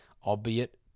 Albeit